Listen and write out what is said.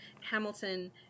Hamilton